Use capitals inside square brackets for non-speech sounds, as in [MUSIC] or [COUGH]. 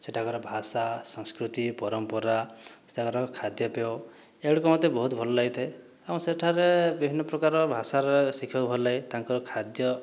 ସେଠାକାର ଭାଷା ସଂସ୍କୃତି ପରମ୍ପରା [UNINTELLIGIBLE] ଖାଦ୍ୟପେୟ ଏଗୁଡ଼ିକ ମୋତେ ବହୁତ ଭଲଲାଗିଥାଏ ଆଉ ସେଠାରେ ବିଭିନ୍ନ ପ୍ରକାର ଭାଷାରେ ଶିଖିବାକୁ ଭଲଲାଗେ ତାଙ୍କର ଖାଦ୍ୟ